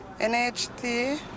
NHT